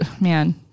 man